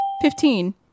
Fifteen